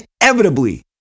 inevitably